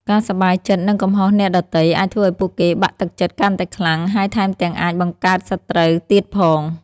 ការសប្បាយចិត្តនឹងកំហុសអ្នកដទៃ អាចធ្វើឱ្យពួកគេបាក់ទឹកចិត្តកាន់តែខ្លាំង ហើយថែមទាំងអាចបង្កើតសត្រូវទៀតផង។